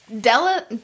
Della